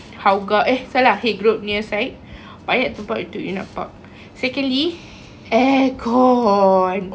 hooga eh salah group punya side banyak tempat untuk you nak park secondly aircon